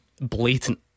Blatant